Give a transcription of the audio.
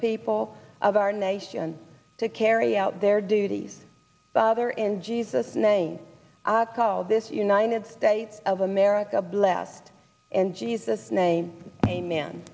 people of our nation to carry out their duties other in jesus name call this united states of america blessed and jesus name amen